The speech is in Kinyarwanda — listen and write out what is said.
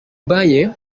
mbaye